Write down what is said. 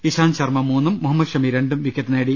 ഇശാന്ത് ശർമ്മ മൂന്നും മുഹമ്മദ് ഷമി രണ്ടും വിക്കറ്റ് നേടി